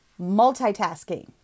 multitasking